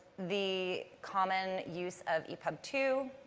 the common use of epub two,